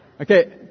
Okay